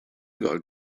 going